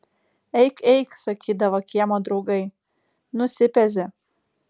eik eik sakydavo kiemo draugai nusipezi